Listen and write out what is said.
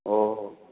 ꯑꯣ ꯍꯣꯏ